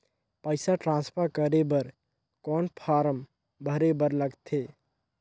पईसा ट्रांसफर करे बर कौन फारम भरे बर लगथे?